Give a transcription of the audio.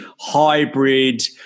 hybrid